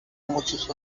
muchos